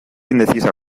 indecisa